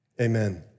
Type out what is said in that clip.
Amen